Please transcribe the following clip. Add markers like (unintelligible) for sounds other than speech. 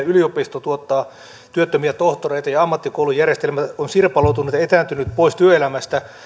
(unintelligible) yliopisto tuottaa työttömiä tohtoreita ja ja ammattikoulujärjestelmä on sirpaloitunut ja etääntynyt pois työelämästä